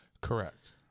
Correct